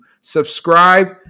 Subscribe